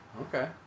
Okay